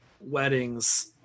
weddings